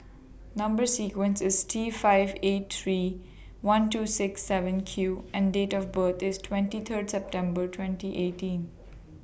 Number sequence IS T five eight three one two six seven Q and Date of birth IS twenty three September twenty eighteen